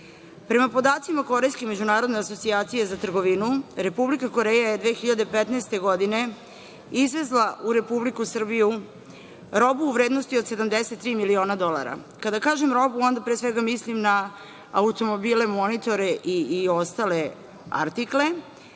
Prema podacima Korejske međunarodne asocijacije za trgovinu, Republika Koreja je 2015. godine izvezla u Republiku Srbiju robu u vrednosti od 73 miliona dolara, kada kažem robu, onda pre svega mislim na automobile, monitore i ostale artikle,